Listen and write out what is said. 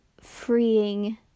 freeing